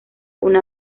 una